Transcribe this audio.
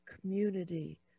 community